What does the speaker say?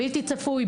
בלתי צפוי,